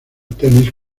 tenis